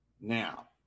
Now